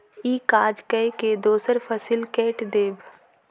ई काज कय के दोसर फसिल कैट देब